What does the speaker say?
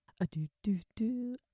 A-do-do-do